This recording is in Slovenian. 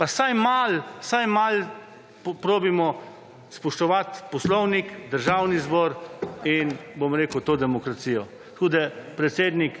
vsaj malo probajmo spoštovati Poslovnik, Državni zbor in to demokracijo. Tako, predsednik,